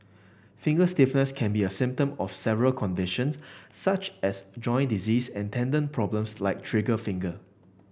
finger stiffness can be a symptom of several conditions such as joint disease and tendon problems like trigger finger